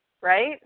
right